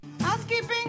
Housekeeping